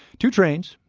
two trains,